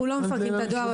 אנחנו לא מפרקים את הדואר.